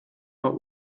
not